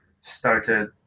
started